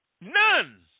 None